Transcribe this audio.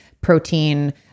protein